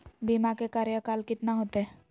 बीमा के कार्यकाल कितना होते?